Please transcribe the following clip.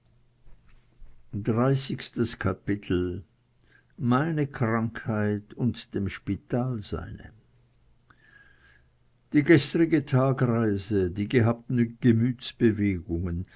meine krankheit und dem spital seine die gestrige tagreise die gehabten